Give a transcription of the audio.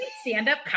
stand-up